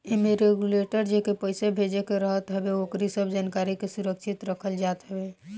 एमे रेगुलर जेके पईसा भेजे के रहत हवे ओकरी सब जानकारी के सुरक्षित रखल जात हवे